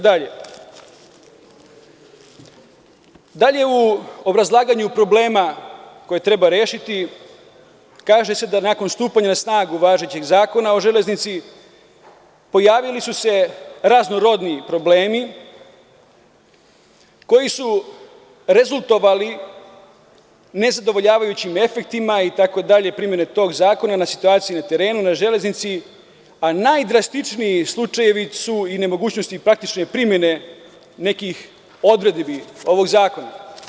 Dalje, u obrazlaganju problema koje treba rešiti, kaže se da nakon stupanja na snagu važećeg Zakona o železnici, pojavili su se raznorodni problemi koji su rezultovali nezadovoljavajućim efektima primene tog zakona na situaciji na terenu, na železnici, a najdrastičniji slučajevi su i nemogućnosti praktične primene nekih odredbi ovog zakona.